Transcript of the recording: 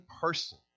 person